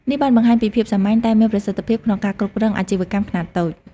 នេះបានបង្ហាញពីភាពសាមញ្ញតែមានប្រសិទ្ធភាពក្នុងការគ្រប់គ្រងអាជីវកម្មខ្នាតតូច។